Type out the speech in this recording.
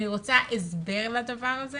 אני רוצה הסבר לדבר הזה